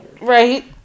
Right